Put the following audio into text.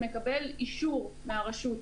מקבל אישור מהרשות.